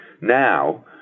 now